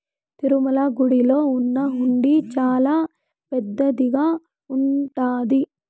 తిరుమల గుడిలో ఉన్న హుండీ చానా పెద్దదిగా ఉంటాది